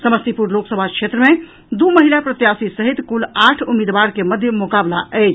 समस्तीपुर लोकसभा क्षेत्र मे दू महिला प्रत्याशी सहित कुल आठ उम्मीदवार के मध्य मोकाबला अछि